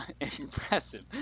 Impressive